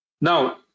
Now